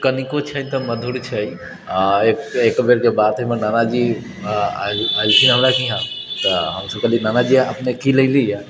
कनिको छै तऽ मधुर छै आओर एक बेरके बात हइ हमर नानाजी अएलथिन हमराके यहाँ तऽ हमसब कहलिए नानाजी अपने की लएली अइ